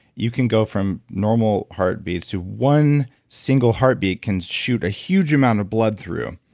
you can go from normal heartbeats to one single heartbeat can shoot a huge amount of blood through.